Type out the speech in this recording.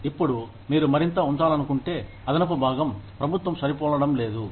ఇప్పుడు మీరు మరింత ఉంచాలనుకుంటే అదనపు భాగం ప్రభుత్వం సరిపోలడంలేదు